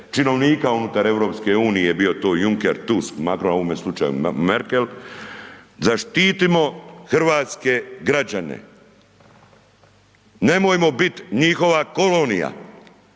činovnika unutar EU bio to Juncker, Tusk, Macron, a u ovome slučaju Merkel. Zaštitimo hrvatske građane. Nemojmo biti njihova kolonija,